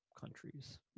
countries